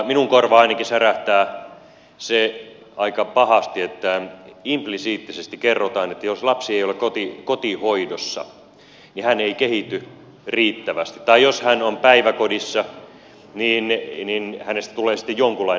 minun korvaani ainakin särähtää se aika pahasti että implisiittisesti kerrotaan että jos lapsi ei ole kotihoidossa niin hän ei kehity riittävästi tai jos hän on päiväkodissa niin hänestä tulee sitten jonkunlainen